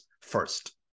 first